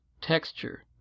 texture